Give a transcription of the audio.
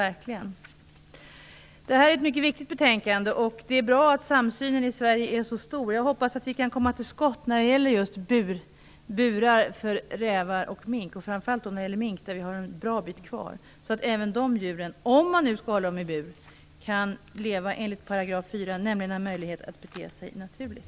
Detta betänkande är mycket viktigt, och det är bra att samsynen i Sverige är så stor. Jag hoppas att vi kan komma till skott när det gäller burar för rävar och mink, framför allt vad beträffar mink, där vi har en bra bit kvar. Om man nu skall hålla dessa djur i bur, skall de enligt 4 § ha möjlighet att bete sig naturligt.